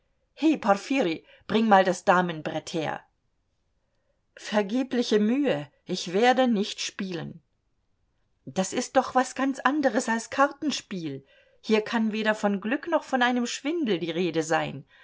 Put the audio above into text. he porfirij bring mal das damenbrett her vergebliche mühe ich werde nicht spielen das ist doch was ganz anderes als kartenspiel hier kann weder von glück noch von einem schwindel die rede sein